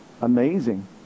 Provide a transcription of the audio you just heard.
Amazing